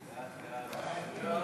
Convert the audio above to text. ההצעה להעביר את הצעת חוק העסקת עובדי